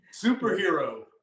Superhero